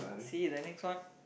see the next one